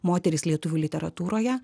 moterys lietuvių literatūroje